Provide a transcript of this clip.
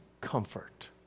comfort